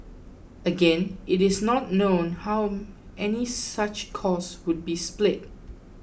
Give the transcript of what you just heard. again it is not known how any such cost would be split